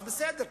בסדר,